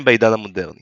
אוריגמי בעידן המודרני